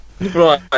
Right